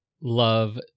love